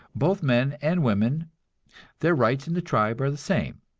both men and women their rights in the tribe are the same.